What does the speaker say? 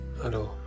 hello